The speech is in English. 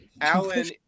Alan